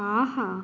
ஆஹா